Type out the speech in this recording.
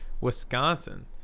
Wisconsin